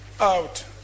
out